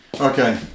Okay